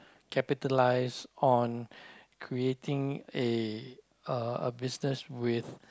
capitalise on creating a a a business with